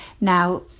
Now